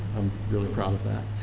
really proud of that.